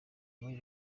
muri